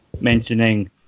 mentioning